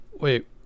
wait